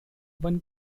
one